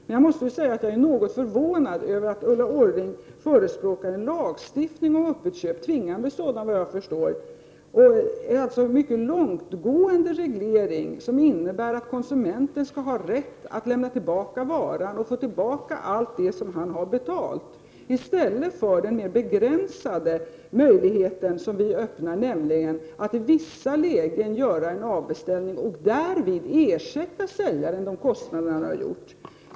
Men jag måste säga att jag är något förvånad över att Ulla Orring förespråkar en lagstiftning om öppet köp — en tvingande sådan, enligt vad jag förstår. Ulla Orring förespråkar alltså en mycket långtgående reglering, som innebär att konsumenten skall ha rätt att lämna tillbaka varan och få tillbaka allt det som han har betalat, i stället för den mer begränsade möjlighet som vi vill öppna, nämligen att i vissa lägen göra en avbeställning och därvid ersätta säljaren för de kostnader han har haft.